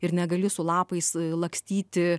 ir negali su lapais lakstyti